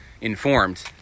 informed